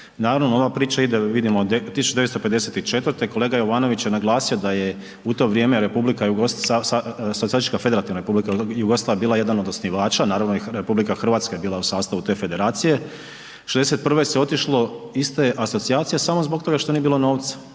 naravno ova priča ide vidimo od 1954., kolega Jovanović je naglasio da je u to vrijeme SFRJ bila jedan od osnivača, naravno i Republika Hrvatska je bila u sastavu te federacije, '61. se otišlo ista je asocijacija samo zbog toga što nije bilo novca,